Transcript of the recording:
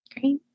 Great